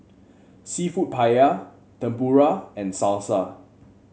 seafood Paella Tempura and Salsa